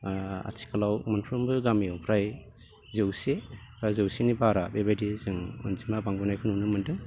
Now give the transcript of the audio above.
ओ आथिखालाव मोनफ्रोमबो गामियाव फ्राय जौसे बा जौसेनि बारा बेबायदि जों अनजिमा बांबोनायखौ नुनो मोनदों